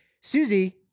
Susie